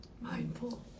Mindful